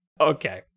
okay